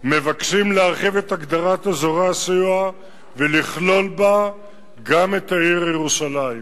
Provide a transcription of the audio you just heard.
מבקשים להרחיב את הגדרת אזורי הסיוע ולכלול בה גם את העיר ירושלים.